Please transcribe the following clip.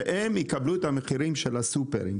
שהם יקבלו את המחירים של הסופרים.